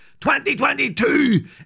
2022